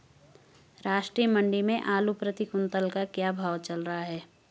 राष्ट्रीय मंडी में आलू प्रति कुन्तल का क्या भाव चल रहा है?